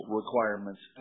requirements